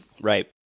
right